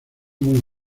muy